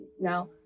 Now